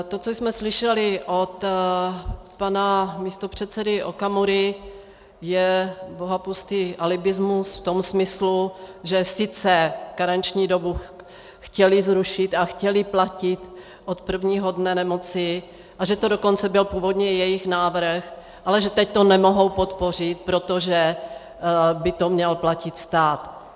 To, co jsme slyšeli od pana místopředsedy Okamury, je bohapustý alibismus v tom smyslu, že sice karenční dobu chtěli zrušit a chtěli platit od prvního dne nemoci, a že to dokonce byl původně jejich návrh, ale je teď to nemohou podpořit, protože by to měl platit stát.